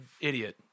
idiot